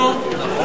נו, מה שקרה,